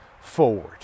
forward